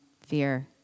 Fear